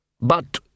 But